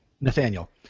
Nathaniel